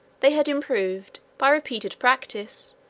they had improved, by repeated practice,